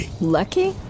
Lucky